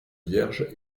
vierge